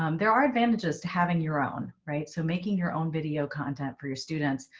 um there are advantages to having your own right. so making your own video content for your students.